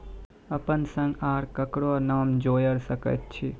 अपन संग आर ककरो नाम जोयर सकैत छी?